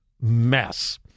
mess